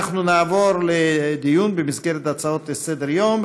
אנחנו נעבור לדיון במסגרת הצעות לסדר-היום.